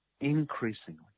increasingly